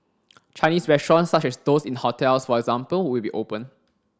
Chinese restaurants such as those in hotels for example will be open